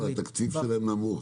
התקציב שלהם נמוך.